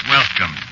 Welcome